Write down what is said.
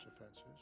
offenses